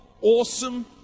awesome